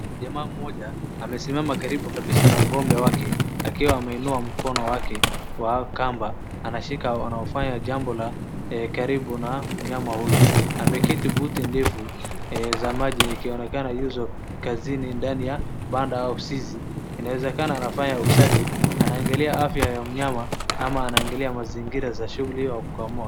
Jamaa mmoja amesimama karibu kabisa sana ng'ombe wake akiwa ameunia mkono wake wa kamba. Anashika anao ufanya jambo lake karibu na mnyama huyo. Ameketi boti ndevu za maji zikionekana hizo kazini ndani ya banda au zizi. Inaweza inazanafanya usafi ,angalia afya ya unyama au angalia mazingira za shughuli ya kukamua.